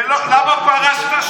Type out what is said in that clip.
למה פרשת?